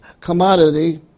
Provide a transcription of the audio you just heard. commodity